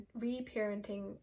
reparenting